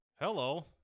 Hello